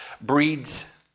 breeds